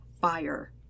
fire